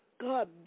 God